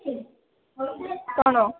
କ'ଣ